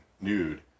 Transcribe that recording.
nude